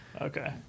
Okay